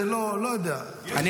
זה מיותר להתייחס לכל שטות.